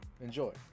Enjoy